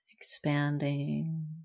expanding